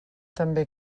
també